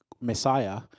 Messiah